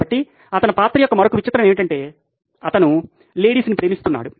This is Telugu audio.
కాబట్టి అతని పాత్ర యొక్క మరొక విచిత్రం ఏమిటంటే అతను తన లేడీస్ను ప్రేమిస్తున్నాడు